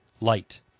light